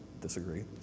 disagree